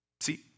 See